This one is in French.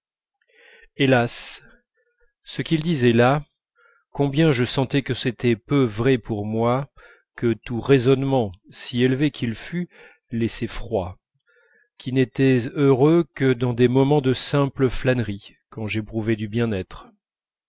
hélas ce qu'il disait là combien je sentais que c'était peu vrai pour moi que tout raisonnement si élevé qu'il fût laissait froid qui n'étais heureux que dans des moments de simple flânerie quand j'éprouvais du bien-être